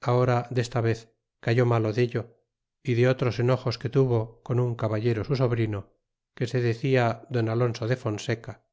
ahora desta vez cayó malo dello y de otros enojos que tuvo con un caba itero su sobrino que se decia don alonso de fonseca